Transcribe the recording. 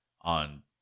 On